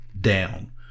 down